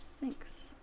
Thanks